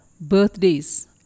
Birthdays